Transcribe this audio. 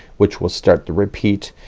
which will start the repeat.